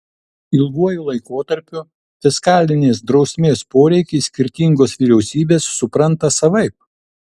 ilguoju laikotarpiu fiskalinės drausmės poreikį skirtingos vyriausybės supranta savaip